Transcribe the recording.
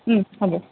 ওম হ'ব